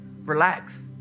relax